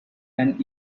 and